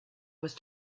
was